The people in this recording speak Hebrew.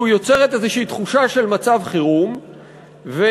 יוצרת איזושהי תחושה של מצב חירום ומכה